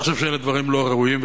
אני חושב שאלה דברים לא ראויים,